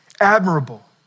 admirable